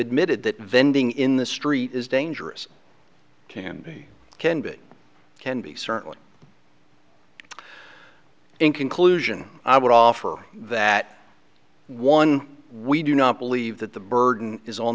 admitted that vending in the street is dangerous can be can be it can be certainly in conclusion i would offer that one we do not believe that the burden is